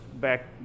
back